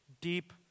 deep